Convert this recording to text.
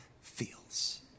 feels